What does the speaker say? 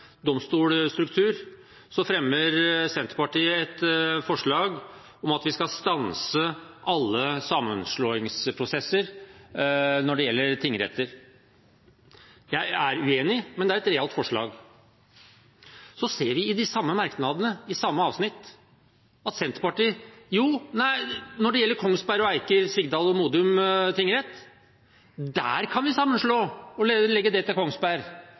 fremmer Senterpartiet et forslag om at vi skal stanse alle sammenslåingsprosesser når det gjelder tingretter. Jeg er uenig, men det er et realt forslag. Så ser vi i den samme merknaden, i den samme spalte, at Senterpartiet skriver at når det gjelder Kongsberg tingrett og Eiker, Modum og Sigdal tingrett, kan vi slå dem sammen og legge det til Kongsberg